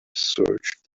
searched